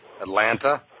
Atlanta